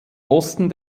osten